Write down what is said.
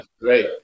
great